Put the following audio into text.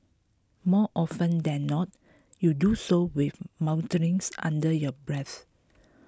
more often than not you do so with mutterings under your breath